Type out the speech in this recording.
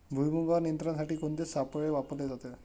भुईमुगावर नियंत्रणासाठी कोणते सापळे वापरले जातात?